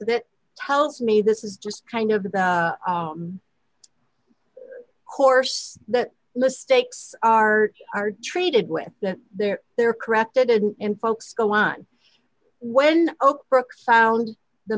that tells me this is just kind of the course that the stakes are are treated when they're there corrected and folks go on when oakbrook sound the